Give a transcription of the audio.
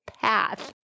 path